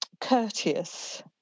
courteous